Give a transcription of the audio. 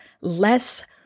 less